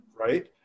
right